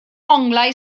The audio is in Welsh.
onglau